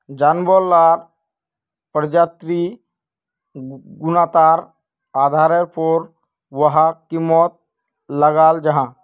जानवार लार प्रजातिर गुन्वात्तार आधारेर पोर वहार कीमत लगाल जाहा